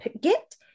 get